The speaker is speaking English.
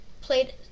played